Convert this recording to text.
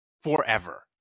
forever